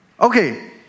Okay